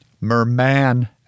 merman